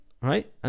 right